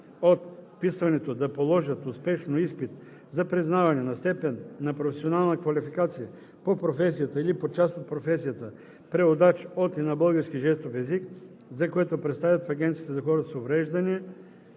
от вписването да положат успешно изпит за признаване на степен на професионална квалификация по професията или по част от професията „Преводач от и на български жестов език“, за което представят в Агенцията за хората с увреждания